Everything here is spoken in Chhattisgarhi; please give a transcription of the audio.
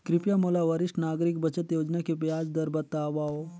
कृपया मोला वरिष्ठ नागरिक बचत योजना के ब्याज दर बतावव